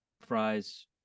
fries